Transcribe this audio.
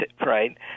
right